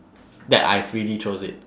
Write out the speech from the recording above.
that I freely chose it